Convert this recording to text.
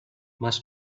must